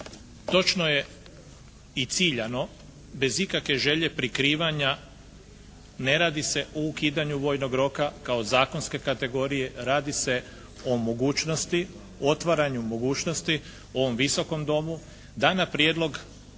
Točno je i ciljano bez ikavke želje prikrivanja ne radi se o ukidanju vojnog roka kao zakonske kategorije, radi se o mogućnosti, otvaranju mogućnosti u ovom Visokom domu da na prijedlog